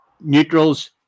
neutrals